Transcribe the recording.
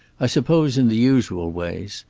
i suppose in the usual ways.